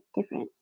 different